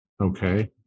Okay